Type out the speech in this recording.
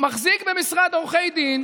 מחזיק במשרד עורכי דין,